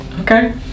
Okay